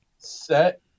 Set